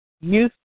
youth